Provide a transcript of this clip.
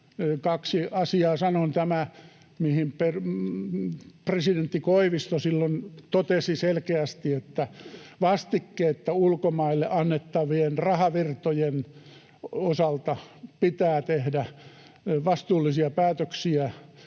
Kaksi asiaa sanon: Tämän, mihin presidentti Koivisto silloin totesi selkeästi, että vastikkeetta ulkomaille annettavien rahavirtojen osalta pitää tehdä vastuullisia päätöksiä